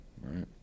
right